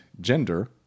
gender